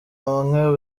hamwe